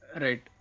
Right